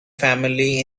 family